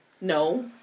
No